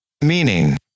Meaning